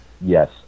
Yes